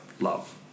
love